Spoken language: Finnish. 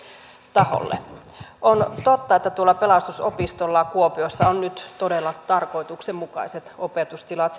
taholle on totta että tuolla pelastusopistolla kuopiossa on nyt todella tarkoituksenmukaiset opetustilat